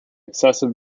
excessive